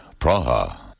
Praha